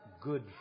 good